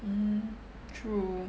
mm true